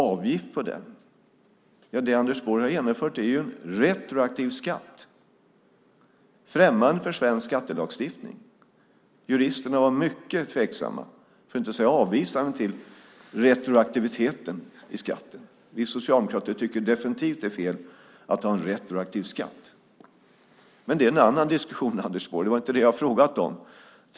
Det Anders Borg har genomfört är ju en retroaktiv skatt, främmande för svensk skattelagstiftning. Juristerna var mycket tveksamma, för att inte säga avvisande, till retroaktiviteten i skatten. Vi socialdemokrater tycker definitivt att det är fel att ha en retroaktiv skatt. Men det är en annan diskussion, Anders Borg. Det var inte det jag frågade om.